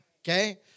okay